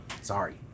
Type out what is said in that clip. Sorry